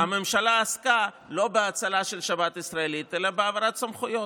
כי פשוט הממשלה עסקה לא בהצלה של שבת ישראלית אלא בהעברת סמכויות.